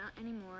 anymore